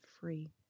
free